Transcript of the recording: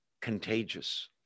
contagious